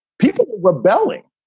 people rebelling.